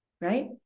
right